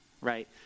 right